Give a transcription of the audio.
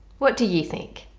what do you think?